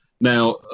Now